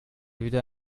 wieder